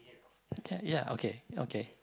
can ya okay okay